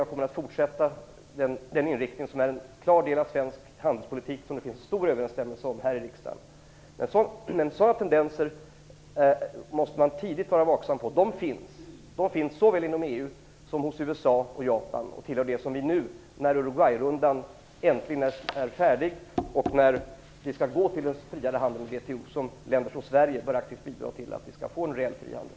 Jag kommer att fortsätta att driva den inriktning som är en klar del av den svenska handelspolitiken och som det finns stor överensstämmelse om här i riksdagen. Sådana här tendenser måste man tidigt vara vaksam på. De finns såväl inom EU som i USA och i Japan. När Uruguayrundan äntligen är färdig och när vi skall gå till den friare handeln i WTO bör länder som Sverige aktivt bidra så att det blir en reell frihandel.